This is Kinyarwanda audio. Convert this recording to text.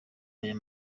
aya